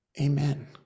Amen